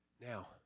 Now